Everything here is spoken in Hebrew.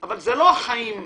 אבל זה לא החיים פה.